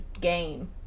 game